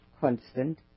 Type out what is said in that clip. constant